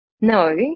no